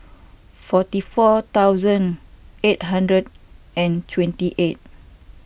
forty four thousand eight hundred and twenty eight